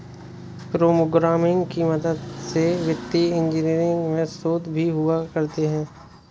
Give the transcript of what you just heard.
programming की मदद से वित्तीय इन्जीनियरिंग में शोध भी हुआ करते हैं